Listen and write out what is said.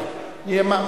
אדוני.